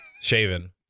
shaven